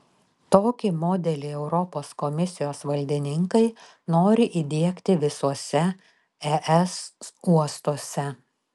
tokį modelį europos komisijos valdininkai nori įdiegti visuose es uostuose